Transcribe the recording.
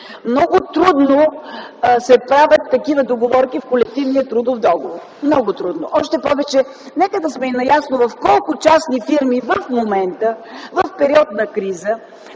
много трудно се правят такива договорки в колективния трудов договор. Още повече да сме наясно – в колко частни фирми в момента, в период на криза,